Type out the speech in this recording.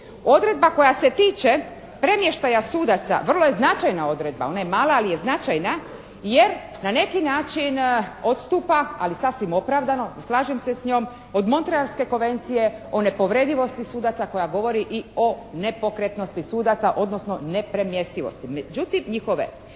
Odredba koja se tiče premještaja sudaca vrlo je značajna odredba. Ona je mala ali je značajna jer na neki način odstupa ali sasvim opravdano, slažem se s njom od Montrealske konvencije o nepovredivosti sudaca koja govori i o nepokretnosti sudaca odnosno nepremjestivosti